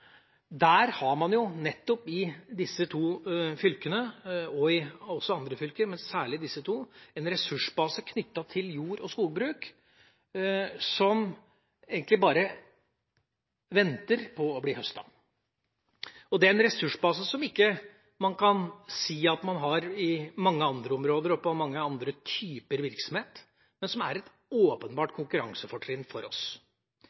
Der har man nettopp i disse to fylkene – også i andre fylker, men særlig i disse to – en ressursbase knyttet til jordbruk og skogbruk som egentlig bare venter på å bli høstet. Det er en ressursbase man ikke kan si man har i mange andre områder og i mange andre typer virksomhet, men som er et åpenbart konkurransefortrinn for oss.